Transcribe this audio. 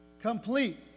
Complete